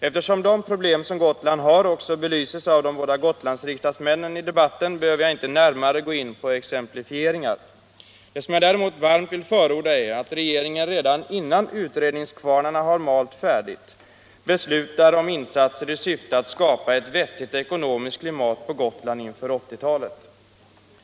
Eftersom de problem som Gotland har också belyses av de båda gotlandsriksdagsmännen i debatten behöver jag inte närmare gå in på exemplifieringar. Det som jag däremot varmt vill förorda är att regeringen redan innan utredningskvarnarna har malt färdigt beslutar om insatser i syfte att skapa ett vettigt ekonomiskt klimat på Gotland inför 1980-talet.